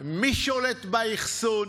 מי שולט באחסון,